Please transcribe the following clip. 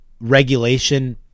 regulation